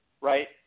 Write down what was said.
right